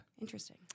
interesting